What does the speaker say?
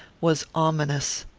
was ominous.